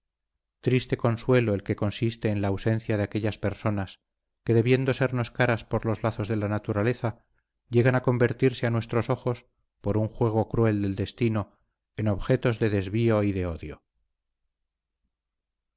triste consuelo el que consiste en la ausencia de aquellas personas que debiendo sernos caras por los lazos de la naturaleza llegan a convertirse a nuestros ojos por un juego cruel del destino en objetos de desvío y de odio